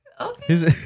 okay